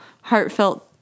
heartfelt